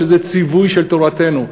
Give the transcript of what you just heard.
שזה ציווי של תורתנו,